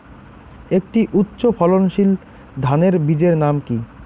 একটি উচ্চ ফলনশীল ধানের বীজের নাম কী?